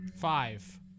five